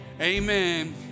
amen